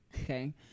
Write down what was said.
okay